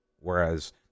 whereas